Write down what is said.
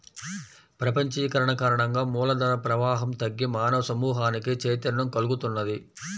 ప్రపంచీకరణ కారణంగా మూల ధన ప్రవాహం తగ్గి మానవ సమూహానికి చైతన్యం కల్గుతున్నది